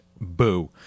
Boo